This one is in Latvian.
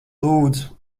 lūdzu